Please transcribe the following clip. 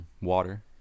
water